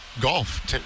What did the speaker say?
golf